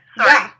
Sorry